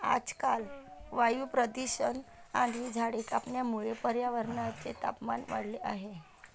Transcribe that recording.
आजकाल वायू प्रदूषण आणि झाडे कापण्यामुळे पर्यावरणाचे तापमान वाढले आहे